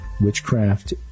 Witchcraft